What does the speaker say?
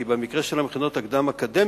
כי במקרה של המכינות הקדם-אקדמיות